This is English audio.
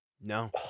no